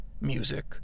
music